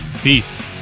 Peace